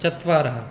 चत्वारः